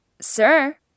Sir